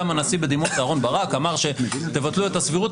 גם הנשיא בדימוס אהרון ברק אמר שתבטלו את הסבירות,